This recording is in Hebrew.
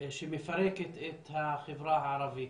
שמפרקת את החברה הערבית.